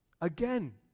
Again